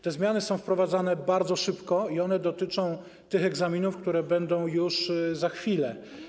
Te zmiany są wprowadzane bardzo szybko i dotyczą tych egzaminów, które będą już za chwilę.